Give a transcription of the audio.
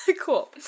Cool